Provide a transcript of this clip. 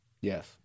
Yes